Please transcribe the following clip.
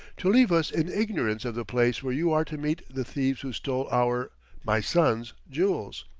to leave us in ignorance of the place where you are to meet the thieves who stole our my son's jewels?